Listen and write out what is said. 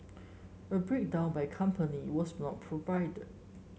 a breakdown by company was not provided